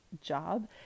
job